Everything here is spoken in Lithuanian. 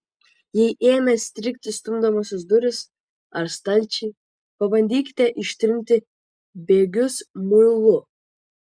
jei ėmė strigti stumdomosios durys ar stalčiai pabandykite ištrinti bėgius muilu